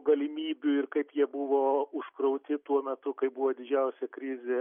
galimybių ir kaip jie buvo užkrauti tuo metu kai buvo didžiausia krizė